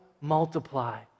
multiply